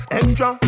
extra